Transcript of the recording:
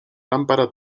lámpara